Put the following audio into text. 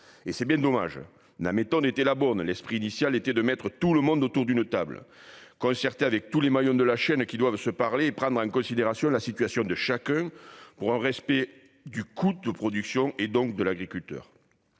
: c'est bien dommage ! La méthode était la bonne : l'esprit initial était de mettre tout le monde autour d'une table, d'organiser une concertation avec tous les maillons de la chaîne pour qu'ils se parlent et prennent en considération la situation de chacun en vue du respect du coût de production, donc de l'agriculteur.